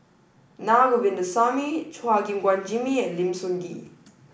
Na Govindasamy Chua Gim Guan Jimmy and Lim Sun Gee